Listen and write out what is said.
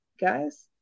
guys